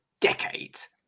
decades